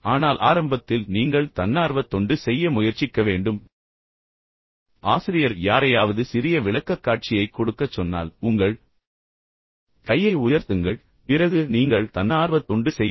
ஆனால் ஆரம்பத்தில் நீங்கள் தன்னார்வத் தொண்டு செய்ய முயற்சிக்க வேண்டும் மக்கள் உங்களை அழைக்காவிட்டாலும் நீங்கள் ஒரு வகுப்பில் இருந்தால் ஆசிரியர் யாரையாவது சிறிய விளக்கக்காட்சியைக் கொடுக்கச் சொன்னால் உங்கள் கையை உயர்த்துங்கள் பிறகு நீங்கள் தன்னார்வத் தொண்டு செய்யுங்கள்